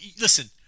listen